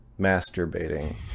masturbating